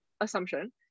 assumption